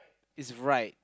is right